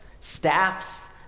staffs